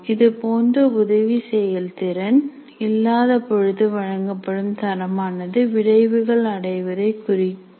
இதுபோன்ற உதவி செயல்திறன் இல்லாத பொழுது வழங்கப்படும் தரமானது விளைவுகள் அடைவதை குறிக்கும்